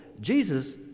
Jesus